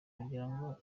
kugira